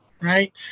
right